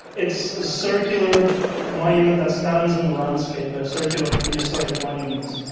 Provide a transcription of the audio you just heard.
it's a circular monument that stands in the landscape, a circular prehistoric monument.